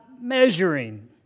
measuring